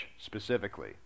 specifically